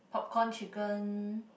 popcorn chicken